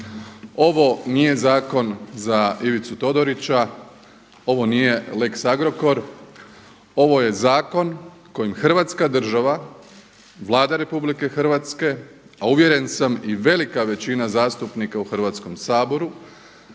Ovo nije zakon za Ivicu Todorića, ovo nije Lex Agrokor, ovo je zakon kojim Hrvatska država, Vlada RH, a uvjeren sam i velika većina zastupnika u Hrvatskom saboru